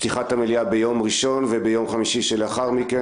פתיחת המליאה ביום ראשון וביום חמישי שלאחר מכן.